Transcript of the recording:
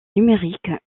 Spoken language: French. numérique